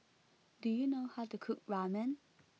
do you know how to cook Ramen